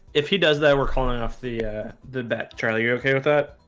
if he does that we're calling off the the bat charlie you okay with that?